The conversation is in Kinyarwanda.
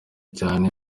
cyane